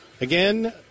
Again